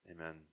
Amen